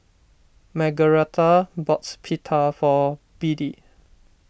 Margaretha bought Pita for Beadie